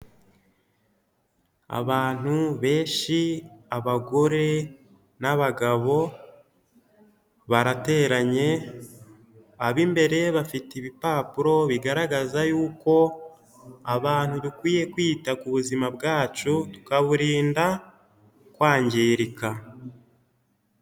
Abantu benshi, abagore n'abagabo, barateranye, ab'imbere bafite ibipapuro bigaragaza yuko abantu dukwiye kwita ku buzima bwacu, tukaburinda kwangirika.